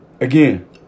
again